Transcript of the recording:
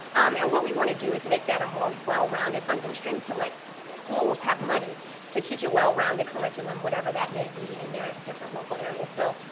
and what we want to do is make that a more well-rounded funding stream to let schools have money to teach a well-rounded curriculum, whatever that may be in their different local areas. so,